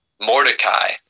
Mordecai